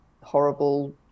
horrible